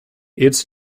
its